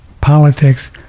politics